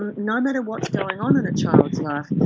um no matter what's going on in a child's life,